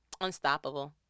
Unstoppable